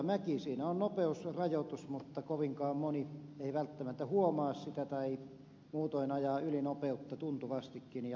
siinä on nopeusrajoitus mutta kovinkaan moni ei välttämättä huomaa sitä tai muutoin ajaa ylinopeutta tuntuvastikin ja liikenne vaarantuu